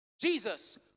Jesus